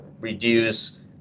reduce